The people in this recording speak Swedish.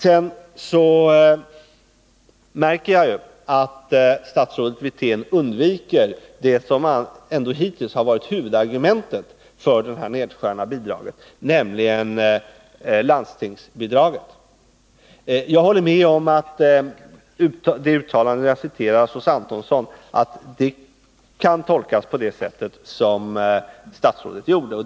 Jag märker att statsrådet Wirtén undviker det som ändå hittills varit huvudargumentet för nedskärningen av bidraget, nämligen landstingsbidragen. Jag håller med om att det uttalande av Johannes Antonsson som jag citerade kan tolkas så som statsrådet gjorde.